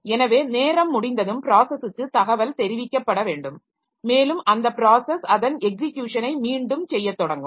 எனவே நேரம் முடிந்ததும் ப்ராஸஸூக்கு தகவல் தெரிவிக்கப்பட வேண்டும் மேலும் அந்த ப்ராஸஸ் அதன் எக்ஸிக்யூஷனை மீண்டும் செய்ய தொடங்கும்